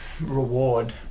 reward